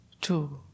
two